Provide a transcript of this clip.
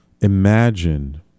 imagine